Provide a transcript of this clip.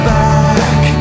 back